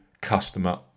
customer